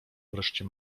wreszcie